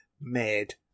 made